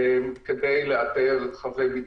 כדי לאתר חבי בידוד.